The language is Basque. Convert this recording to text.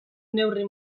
neurri